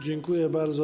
Dziękuję bardzo.